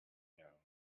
know